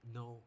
no